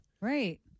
Right